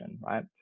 right